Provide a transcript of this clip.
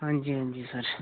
हां जी हां जी सर